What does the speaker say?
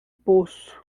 poço